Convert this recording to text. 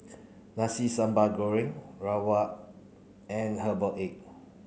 Nasi Sambal Goreng Rawon and herbal egg